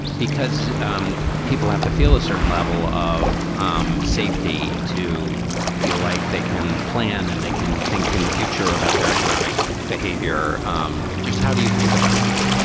because um people have to feel a certain level of um safety to feel like they can plan and they can think in the future about their economic behavior. um just how do you think about that?